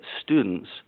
students